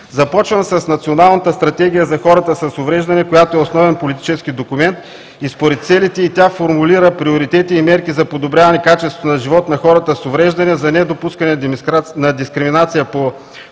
Започвам с Националната стратегия за хората с увреждания, която е основен политически документ и според целите й тя формулира приоритети и мерки за подобряване качеството на живот на хората с увреждания за недопускане на дискриминация по признак